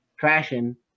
fashion